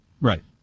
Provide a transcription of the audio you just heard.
Right